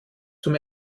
zum